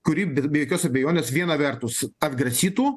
kuri be jokios abejonės viena vertus atgrasytų